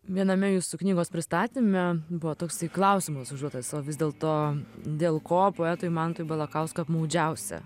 viename jūsų knygos pristatyme buvo toksai klausimas užduotas o vis dėlto dėl ko poetui mantui balakauskui apmaudžiausia